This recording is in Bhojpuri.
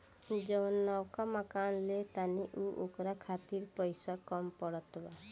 जवन नवका मकान ले तानी न ओकरा खातिर पइसा कम पड़त बा